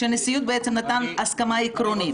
כאשר הנשיאות נתנה בעצם הסכמה עקרונית.